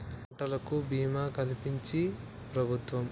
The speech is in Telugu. పంటలకు భీమా కలిపించించి ప్రభుత్వం